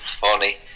funny